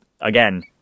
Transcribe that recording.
again